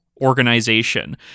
organization